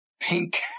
Pink